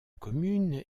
commune